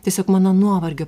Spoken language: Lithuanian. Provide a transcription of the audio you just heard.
tiesiog mano nuovargio